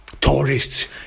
tourists